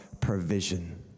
provision